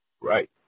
right